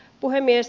puhemies